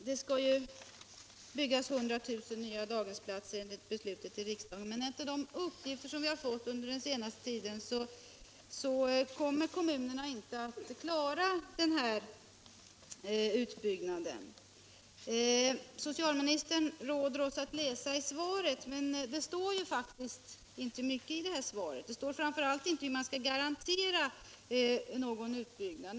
Herr talman! Det skall byggas 100 000 nya daghemsplatser enligt be Torsdagen den slutet i riksdagen. Men enligt de uppgifter som vi har fått under den 24 mars 1977 senaste tiden kommer kommunerna inte att klara denna utbyggnad. So = cialministern råder oss att läsa i svaret, men där står faktiskt inte mycket, . Om utbyggnadsproframför allt inte hur man skall garantera en utbyggnad.